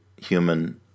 human